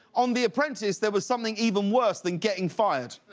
on the apprentice, there was something even worse than getting fired.